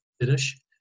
finish